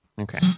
Okay